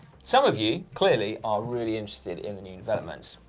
some of you clearly are really interested in the new developments,